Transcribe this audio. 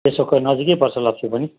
पेशोकको नजिकै पर्छ लप्चू पनि